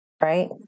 right